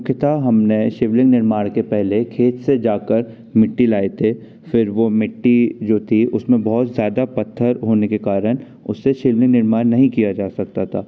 मुख्यतः हमने शिवलिंग निर्माण के पहले खेत से जाकर मिट्टी लाए थे फिर वह मिट्टी जो थी उसमें बहुत ज़्यादा पत्थर होने के कारण उससे शिवलिंग निर्माण नहीं किया जा सकता था